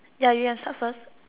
ya you can start first